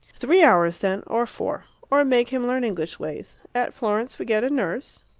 three hours, then, or four or make him learn english ways. at florence we get a nurse